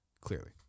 Clearly